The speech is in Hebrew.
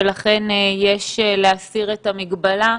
ולכן יש להסיר את המגבלה,